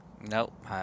Nope